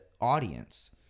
audience